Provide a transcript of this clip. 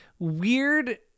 weird